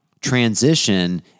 transition